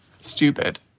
stupid